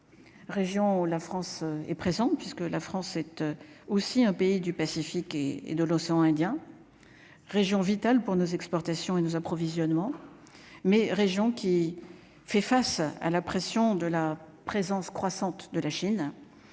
la France est présente, puisque la France cette aussi un pays du Pacifique et et de l'océan Indien, région vitale pour nos exportations et nos approvisionnements mais région qui fait face à la pression de la présence croissante de la Chine,